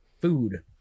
food